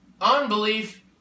Unbelief